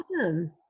awesome